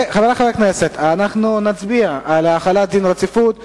חברי חברי הכנסת אנחנו נצביע על החלת דין רציפות.